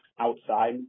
outside